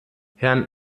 herrn